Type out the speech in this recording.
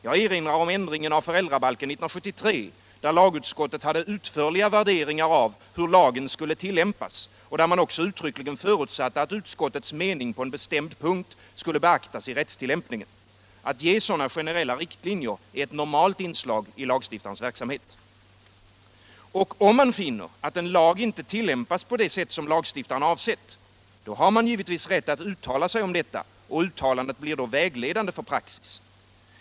Jag erinrar om ändringen av föräldrabalken 1973, där lagutskottet hade utförliga värderingar av hur lagen skulle tilllämpas och där man också uttryckligen förutsatte att utskottets mening på en bestämd punkt skulle beaktas i rättstillämpningen. Att ge sådana generella riktlinjer är ett normalt inslag i lagstiftarens verksamhet. Om man finner att en lag inte tillämpas på det sätt som lagstiftaren avsett, har man givetvis rätt att uttala sig om detta, och uttalandet blir då vägledande för praxis.